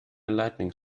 lightening